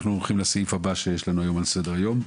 אנחנו הולכים לסעיף הבא שיש לנו היום על סדר היום,